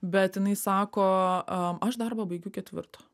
bet jinai sako a aš darbą baigiu ketvirtą